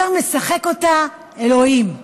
אתה משחק אותה אלוהים,